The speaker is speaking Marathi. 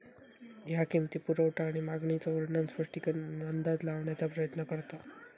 ह्या किंमती, पुरवठा आणि मागणीचो वर्णन, स्पष्टीकरण आणि अंदाज लावण्याचा प्रयत्न करता